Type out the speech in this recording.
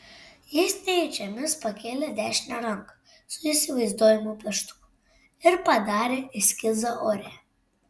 jis nejučiomis pakėlė dešinę ranką su įsivaizduojamu pieštuku ir padarė eskizą ore